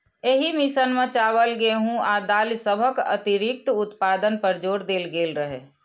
एहि मिशन मे चावल, गेहूं आ दालि सभक अतिरिक्त उत्पादन पर जोर देल गेल रहै